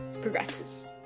progresses